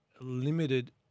limited